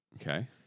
Okay